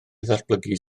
ddatblygu